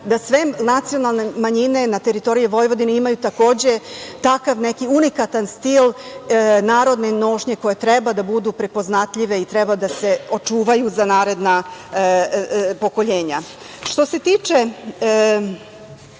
da sve nacionalne manjine na teritoriji Vojvodine imaju takođe takav neki unikatan stil narodne nošnje koje treba da budu prepoznatljive i treba da se očuvaju za naredna pokolenja. Da se